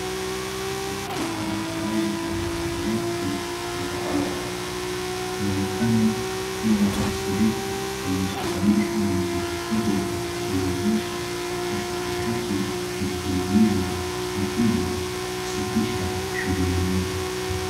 Hapa ni makazi ya watu wa mjini. Inaonekana kuwa na mafuriko yaliyosababishwa na mvua kubwa iliyonyesha kwa siku tatu mfulilizo na hivyo kusitisha shughuli mingi.